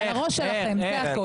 זה על הראש שלכם, זה הכול.